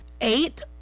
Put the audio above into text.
eight